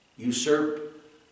usurp